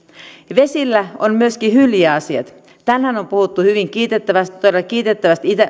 vesillä on myöskin hyljeasiat tänään on puhuttu hyvin kiitettävästi todella kiitettävästi